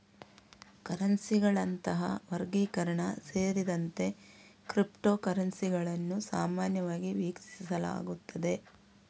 ಕರೆನ್ಸಿಗಳಂತಹ ವರ್ಗೀಕರಣ ಸೇರಿದಂತೆ ಕ್ರಿಪ್ಟೋ ಕರೆನ್ಸಿಗಳನ್ನು ಸಾಮಾನ್ಯವಾಗಿ ವೀಕ್ಷಿಸಲಾಗುತ್ತದೆ